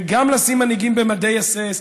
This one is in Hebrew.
וגם לשים מנהיגים במדי אס.אס,